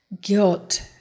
guilt